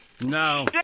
No